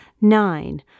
Nine